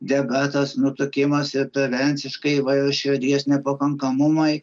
diabetas nutukimas ir prevensiškai įvairūs širdies nepakankamumai